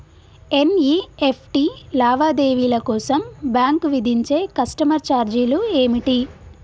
NEFT లావాదేవీల కోసం bank విధించే కస్టమర్ ఛార్జీలు ఏమిటి?